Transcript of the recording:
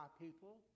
people